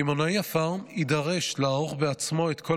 קמעונאי הפארם יידרש לערוך בעצמו את כל